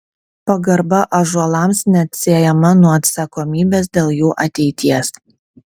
pagarba ąžuolams neatsiejama nuo atsakomybės dėl jų ateities